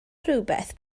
rhywbeth